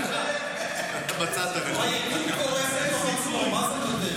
היקום קורס אל תוך עצמו, מה זה מוותרת?